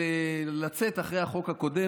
לצאת אחרי החוק הקודם,